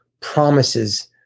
promises